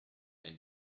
ein